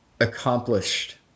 accomplished